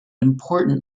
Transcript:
important